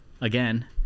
Again